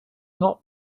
not